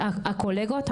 הקולגות,